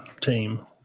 team